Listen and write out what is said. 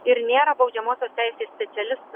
ir nėra baudžiamosios teisės specialistas